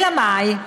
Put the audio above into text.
אלא מאי?